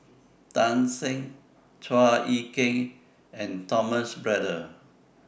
Tan Shen Chua Ek Kay and Thomas Braddell